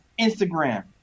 Instagram